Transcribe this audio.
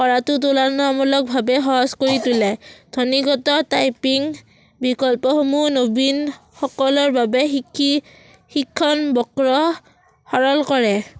কৰাটো তুলনামূলকভাৱে সহজ কৰি তোলে ধ্বনীগত টাইপিং বিকল্পসমূহ নবীনসকলৰ বাবে শিকি শিক্ষণ বক্ৰহ সৰল কৰে